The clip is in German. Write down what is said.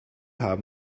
haben